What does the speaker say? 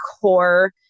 core